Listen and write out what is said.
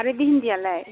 आरो भिन्दियालाय